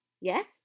Yes